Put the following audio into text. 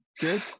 Good